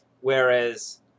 whereas